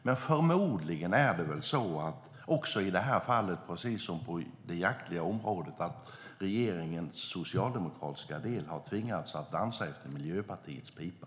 Men förmodligen är det så också i detta fall, precis som på det jaktliga området, att regeringens socialdemokratiska del har tvingats att dansa efter Miljöpartiets pipa.